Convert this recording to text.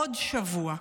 עוד שבוע,